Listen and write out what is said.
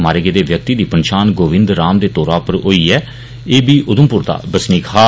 मारे गेदे व्यक्ति दी पंछान गोविन्द राम दे तौर उप्पर होई ऐ एह् बी उधमपुर दा बसनीक हा